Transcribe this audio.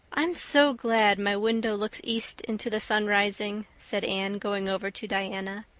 i'm so glad my window looks east into the sun rising, said anne, going over to diana.